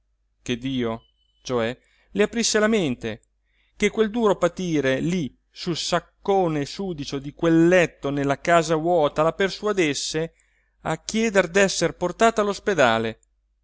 che dio cioè le aprisse la mente che quel duro patire lì sul saccone sudicio di quel letto nella casa vuota la persuadesse a chiedere d'esser portata